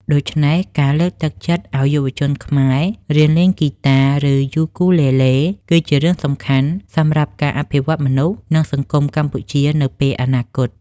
ដូច្នេះ ការលើកទឹកចិត្តឲ្យយុវជនខ្មែរ រៀនលេងហ្គីតា ឬ យូគូលេលេ គឺជារឿងសំខាន់សម្រាប់ការអភិវឌ្ឍមនុស្ស និងសង្គមកម្ពុជា នៅពេលអនាគត។